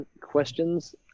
questions